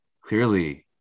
clearly